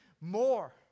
more